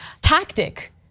tactic